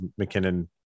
McKinnon